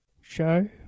show